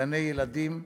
גני-ילדים ובתי-כנסת,